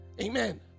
Amen